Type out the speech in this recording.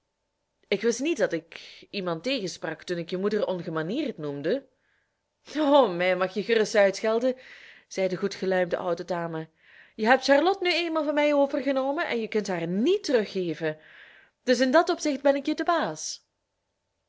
ik wist niet dat ik iemand tegensprak toen ik je moeder ongemanierd noemde o mij mag je gerust uitschelden zei de goedgeluimde oude dame je hebt charlotte nu eenmaal van mij overgenomen en je kunt haar niet teruggeven dus in dat opzicht ben ik je de baas